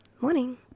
Morning